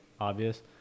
obvious